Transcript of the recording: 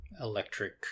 electric